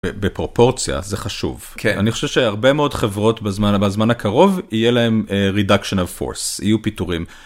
בפרופורציה זה חשוב. אני חושב שהרבה מאוד חברות בזמן בזמן הקרוב יהיה להם reduction of force יהיו פיטורים.